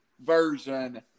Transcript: version